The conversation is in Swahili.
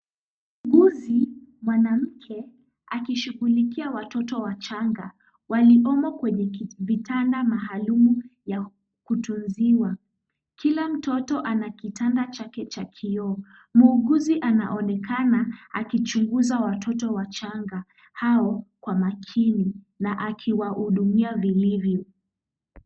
Muuguzi mwanamke akishughulikia watoto wachanga walimo kwenye vitanda maalum ya kutunziwa. Kila mtoto ana kitanda chake cha kioo. Muuguzi anaonekana akichunguza watoto wachanga hao kwa makini na akiwahudumia vilivyo.